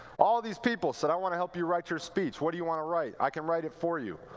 all of these people said i want to help your write your speech. what do you want to write? i can write it for you.